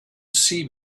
see